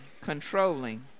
controlling